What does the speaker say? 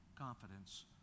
Confidence